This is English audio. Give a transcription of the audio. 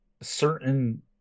certain